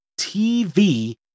TV